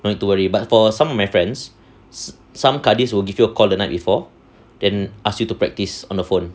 no need to worry but for some of my friends some kadi will give you a call the night before then ask you to practise on the phone